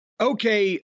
Okay